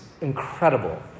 incredible